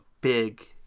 big